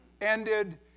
ended